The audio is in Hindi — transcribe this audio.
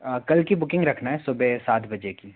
कल की बुकिंग रखना हैं सुबेह सात बजे की